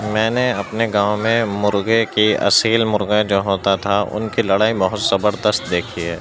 میں نے اپنے گاؤں میں مرغے کے اصیل مرغے جو ہوتا تھا ان کے لڑائی بہت زبردست دیکھی ہے